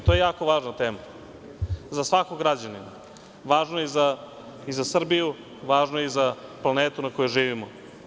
To je jako važna tema za svakog građanina, važno je i za Srbiju, važno je i za planetu na kojoj živimo.